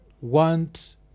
want